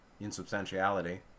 insubstantiality